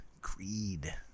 greed